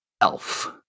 elf